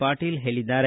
ಪಾಟೀಲ ಹೇಳಿದ್ದಾರೆ